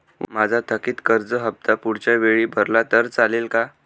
माझा थकीत कर्ज हफ्ता पुढच्या वेळी भरला तर चालेल का?